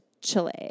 Chile